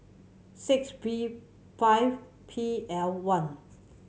six V five P L one